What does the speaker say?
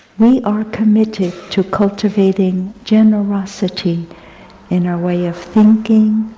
we are committed to cultivating generosity in our way of thinking,